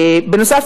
בנוסף,